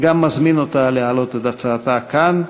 וגם מזמין אותה להעלות את הצעתה כאן.